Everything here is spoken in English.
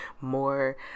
more